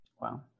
Wow